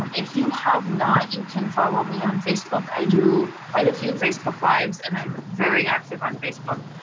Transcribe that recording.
um if you have not, you can follow me on facebook. i do quite a few facebook lives and i'm very active on facebook.